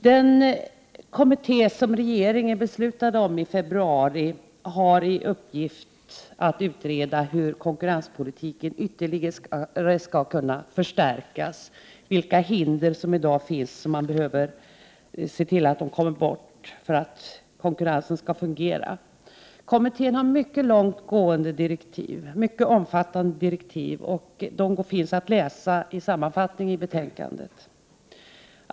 Den kommitté som regeringen beslutade tillsätta i februari har till uppgift att utreda hur konkurrenspolitiken ytterligare skall kunna förstärkas och vilka av de hinder som i dag finns som behöver avskaffas för att konkurrensen skall fungera. Kommittén har mycket omfattande direktiv. De finns att läsa i sammanfattning i betänkandet.